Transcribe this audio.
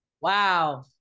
Wow